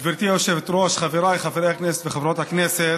גברתי היושבת-ראש, חבריי חברות וחברי הכנסת,